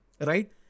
right